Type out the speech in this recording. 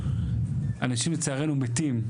אנשים לצערנו מתים.